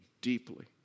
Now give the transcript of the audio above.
deeply